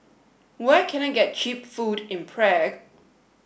where can I get cheap food in Prague